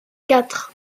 quatre